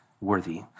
worthy